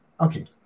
Okay